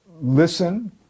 Listen